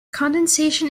condensation